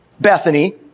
Bethany